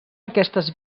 aquestes